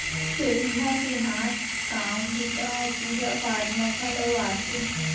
चरिहा के हाथ काम बूता ह पूजा पाठ म घलौ आथे